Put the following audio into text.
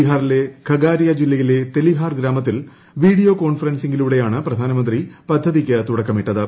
ബിഹാറിലെ ഖഗാരിയ ജില്ലയിലെ തെലിഹാർപ്പ് ഗ്രാമത്തിൽ വീഡിയോ കോൺഫറൻസിംഗിലൂടെയാണ് ക്ലിസ്ട്രെന്ത്രി പദ്ധതിക്ക് തുടക്കമിട്ടത്